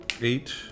eight